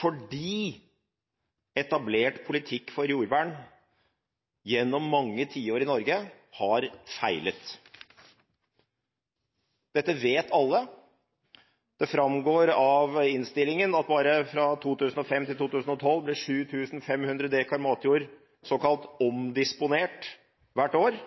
fordi etablert politikk for jordvern gjennom mange tiår i Norge har feilet. Dette vet alle. Det framgår av innstillingen at bare fra 2005 til 2012 ble 7500 dekar matjord såkalt omdisponert hvert år